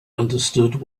understood